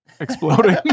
exploding